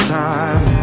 time